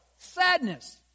Sadness